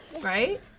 right